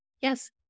Yes